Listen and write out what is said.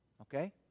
okay